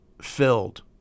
filled